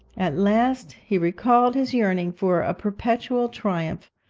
at last he recalled his yearning for a perpetual triumph,